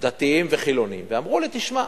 דתיים וחילונים ואמרו לי: תשמע,